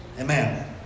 Amen